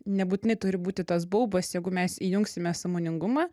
nebūtinai turi būti tas baubas jeigu mes įjungsime sąmoningumą